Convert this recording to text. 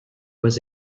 was